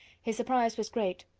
his surprise was great.